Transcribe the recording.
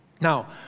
Now